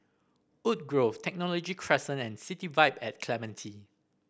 Woodgrove Technology Crescent and City Vibe and Clementi